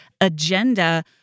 agenda